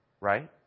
right